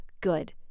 good